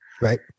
Right